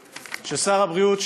הבריאות.